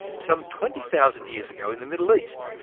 some twenty thousand years ago, in the middle east,